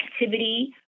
activity